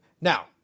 now